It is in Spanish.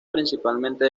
principalmente